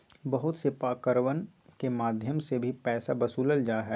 बहुत से पार्कवन के मध्यम से भी पैसा वसूल्ल जाहई